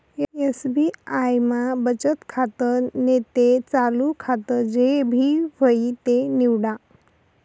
SBI मा बचत खातं नैते चालू खातं जे भी व्हयी ते निवाडा